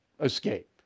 Escape